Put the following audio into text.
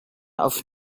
auf